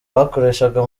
bakoreshaga